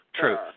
true